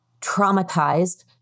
traumatized